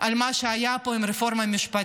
על מה שהיה פה עם הרפורמה המשפטית.